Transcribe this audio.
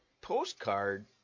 postcard